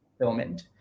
fulfillment